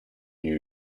new